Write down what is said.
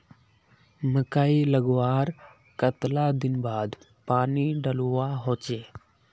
मकई लगवार कतला दिन बाद पानी डालुवा होचे?